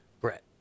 Brett